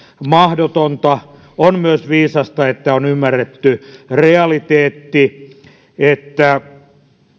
mahdotonta on myös viisasta että on ymmärretty realiteetti että